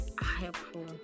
helpful